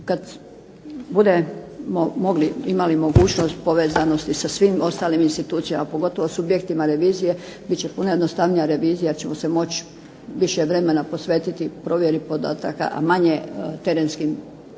Kad budemo mogli, imali mogućnost povezanosti sa svim ostalim institucijama, pogotovo subjektima revizije bit će puno jednostavnija revizija, jer ćemo se moći više vremena posvetiti provjeri podataka, a manje terenskim